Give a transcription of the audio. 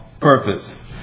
Purpose